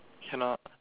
cannot